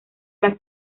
las